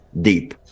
deep